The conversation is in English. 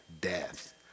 death